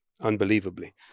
unbelievably